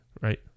Right